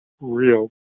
real